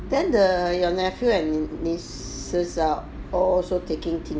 then the your nephew and nieces are all also taking